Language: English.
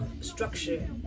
structure